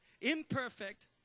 imperfect